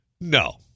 No